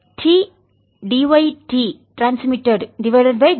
TdyT ட்ரான்ஸ்மிட்டட்dt